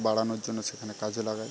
বাড়ানোর জন্য সেখানে কাজে লাগায়